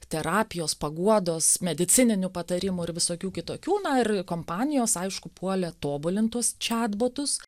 terapijos paguodos medicininių patarimų ir visokių kitokių na ir kompanijos aišku puolė tobulint tuos čiatbotus